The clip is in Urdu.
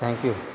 thank you